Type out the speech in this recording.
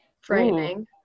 frightening